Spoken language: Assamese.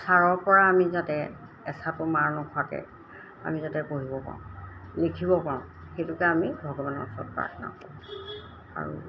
ছাৰৰপৰা আমি যাতে এচাটো মাৰ নোখোৱাকৈ আমি যাতে পঢ়িব পাৰোঁ লিখিব পাৰোঁ সেইটোকে আমি ভগৱানৰ ওচৰত প্ৰাৰ্থনা কৰোঁ আৰু